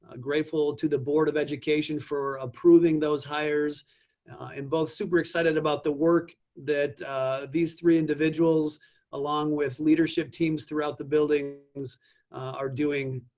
ah grateful to the board of education for approving those hires in both super excited about the work that these three individuals along with leadership teams throughout the building are doing.